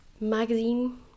magazine